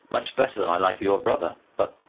much better than i like your brother but,